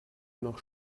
nach